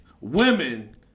women